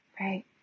Right